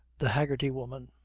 the haggerty woman.